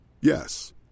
Yes